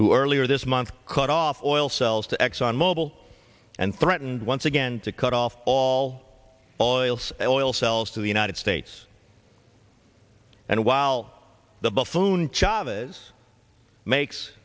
who earlier this month cut off oil sells to exxon mobil and threatened once again to cut off all boils it will sells to the united states and while the buffoon java's makes